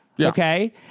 Okay